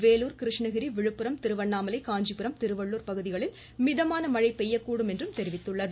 வேலூர் கிருஷ்ணகிரி விழுப்புரம் திருவண்ணாமலை காஞ்சிபுரம் திருவள்ளுர் பகுதிகளில் மிதமான மழை பெய்யக்கூடும் என்றும் தெரிவித்துள்ளது